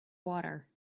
water